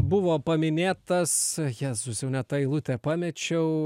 buvo paminėtas jėzus jau ne ta eilutė pamečiau